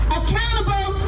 accountable